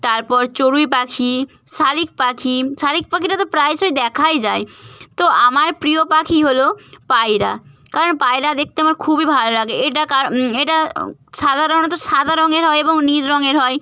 তারপর চড়ুই পাখি শালিক পাখি শালিক পাখিটা তো প্রায়শই দেখাই যায় তো আমার প্রিয় পাখি হলো পায়রা কারণ পায়রা দেখতে আমার খুবই ভালো লাগে এটা কার এটা সাধারণত সাদা রঙের হয় এবং নীল রঙের হয়